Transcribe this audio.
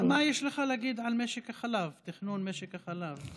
מה יש לך להגיד על משק החלב, תכנון משק החלב?